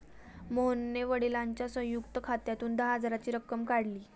मोहनने वडिलांच्या संयुक्त खात्यातून दहा हजाराची रक्कम काढली